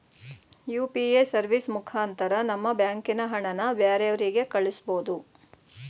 UPA service ಮುಖಾಂತರ ನಮ್ಮ ಬ್ಯಾಂಕಿನ ಹಣನ ಬ್ಯಾರೆವ್ರಿಗೆ ಕಳಿಸ್ಬೋದು